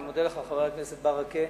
אני מודה לך, חבר הכנסת ברכה.